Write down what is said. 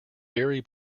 very